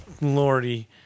lordy